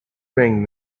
bring